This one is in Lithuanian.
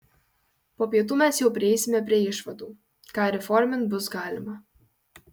po pietų mes jau prieisime prie išvadų ką ir įformint bus galima